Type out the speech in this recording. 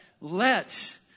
Let